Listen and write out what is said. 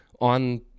on